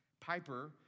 piper